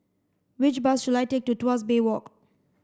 which bus should I take to Tuas Bay Walk